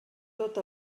tot